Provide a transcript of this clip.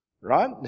right